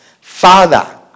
Father